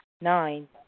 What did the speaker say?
Nine